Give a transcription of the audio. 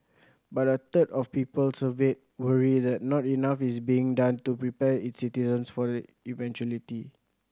but a third of people surveyed worry that not enough is being done to prepare its citizens for the eventuality